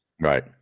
Right